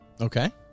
Okay